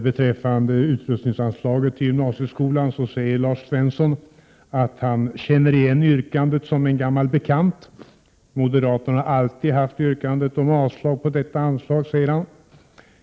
Herr talman! Lars Svensson säger beträffande utrustningsanslaget till gymnasieskolan att han känner igen vårt yrkande som en gammal bekant. Moderaterna har alltid krävt att man skall avslå detta anslagsyrkande, säger han.